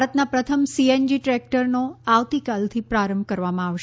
ભારતના પ્રથમ સીએનજી ટ્રેક્ટરનો આવતીકાલથી પ્રારંભ કરવામાં આવશે